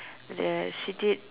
the she did